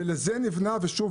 לזה נבנה ושוב,